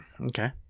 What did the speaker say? Okay